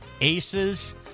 Aces